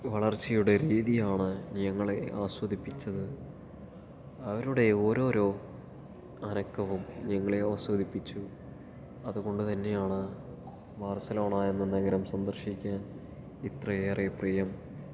വളർച്ചയുടെ രീതിയാണ് ഞങ്ങളെ ആസ്വദിപ്പിച്ചത് അവരുടെ ഓരോരോ അനക്കവും ഞങ്ങളെ ആസ്വദിപ്പിച്ചു അതുകൊണ്ട് തന്നെയാണ് ബാർസലോണ എന്ന നഗരം സന്ദർശിക്കാൻ ഇത്രയേറെ പ്രിയം